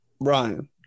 Ryan